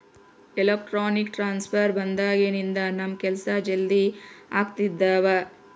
electronic transfer ಬಂದಾಗಿನಿಂದ ನಮ್ ಕೆಲ್ಸ ಜಲ್ದಿ ಆಗ್ತಿದವ